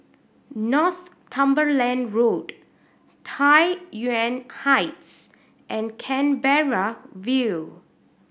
Northumberland Road Tai Yuan Heights and Canberra View